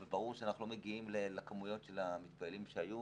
אבל ברור שאנחנו לא מגיעים לכמויות המתפללים שהיו,